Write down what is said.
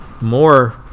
more